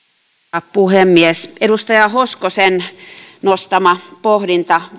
puhemies edustaja hoskosen nostama pohdinta